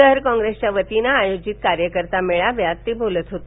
शहर कोंग्रेसच्या वतीन आयोजित कार्यकर्ता मेळाव्यात ते बोलत होते